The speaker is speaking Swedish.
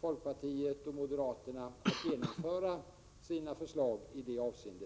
folkpartisterna och moderaterna aldrig får förutsättningar att genomföra sina förslag i detta avseende.